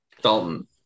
Dalton